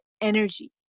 energy